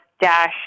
dash